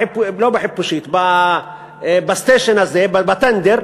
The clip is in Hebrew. לא בחיפושית, בסטיישן הזה, בטנדר.